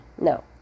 No